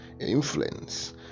influence